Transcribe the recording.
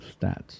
Stats